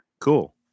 Cool